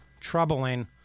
troubling